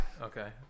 okay